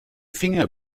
finger